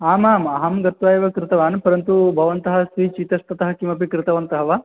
आमाम् अहं गत्वा एव कृतवान् परन्तु भवन्तः स्विच् इतस्ततः किमपि कृतवन्तः वा